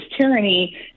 tyranny